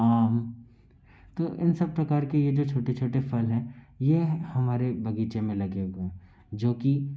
आम तो इन सब प्रकार कि यह जो छोटे छोटे फल हैं यह हमारे बगीचे में लगे हुए हैं जो कि